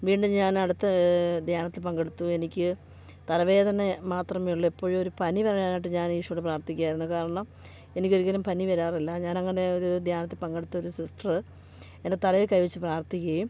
വീണ്ടും ഞാനടുത്ത ധ്യാനത്തിൽ പങ്കെടുത്തു എനിക്ക് തലവേദന മാത്രമേ ഉള്ളു ഇപ്പോൾ ഒരു പനി വരാനായിട്ട് ഞാനീശോയോട് പ്രാത്ഥിക്കുകയായിരുന്നു കാരണം എനിക്കൊരിക്കലും പനിവരാറില്ല ഞാനങ്ങനെ ഒരു ധ്യാനത്തിൽ പങ്കെടുത്തൊരു സിസ്റ്ററ് എൻ്റെ തലയിൽ കൈവച്ച് പ്രാർത്ഥിക്കേം